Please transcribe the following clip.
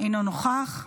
לא יכול להיות שיקדישו